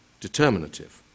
determinative